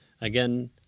Again